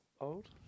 old